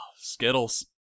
Skittles